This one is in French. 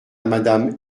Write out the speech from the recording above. madame